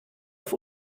auf